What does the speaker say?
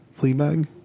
Fleabag